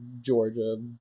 Georgia